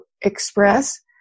express